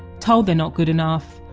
told they're not good enough,